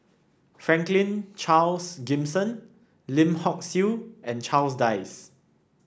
Franklin Charles Gimson Lim Hock Siew and Charles Dyce